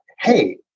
Hey